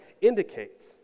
indicates